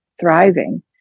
thriving